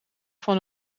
van